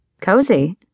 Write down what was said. Cozy